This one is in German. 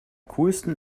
coolsten